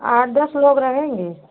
आठ दस लोग रहेंगे